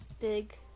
Big